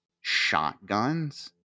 shotguns